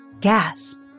Gasp